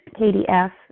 kdf